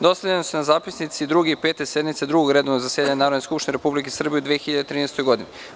Dostavljeni su vam zapisnici Druge i Pete sednice Drugog redovnog zasedanja Narodne skupštine Republike Srbije u 2013. godini.